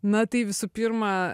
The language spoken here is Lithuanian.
na tai visų pirma